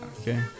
okay